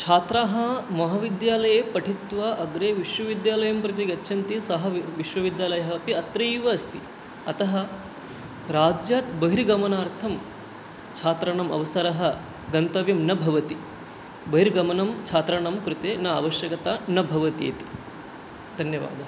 छात्राः महाविद्यालये पठित्वा अग्रे विश्वविद्यालयं प्रति गच्छन्ति सः विश्वविद्यालयः अपि अत्रैव अस्ति अतः राज्यात् बहिर्गमनार्थं छात्राणाम् अवसरः गन्तव्यं न भवति बहिर्गमनं छात्राणां कृते न आवश्यकता न भवतीति धन्यवादः